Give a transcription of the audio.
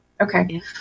Okay